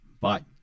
Bye